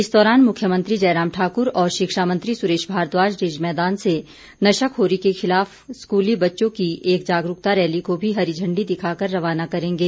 इस दौरान मुख्यमंत्री जयराम ठाकुर और शिक्षा मंत्री सुरेश भारद्वाज रिज मैदान से नशाखोरी के खिलाफ स्कूली बच्चों की एक जागरूकता रैली को भी हरी झंडी दिखाकर रवाना करेंगे